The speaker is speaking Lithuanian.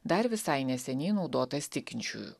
dar visai neseniai naudotas tikinčiųjų